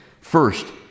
First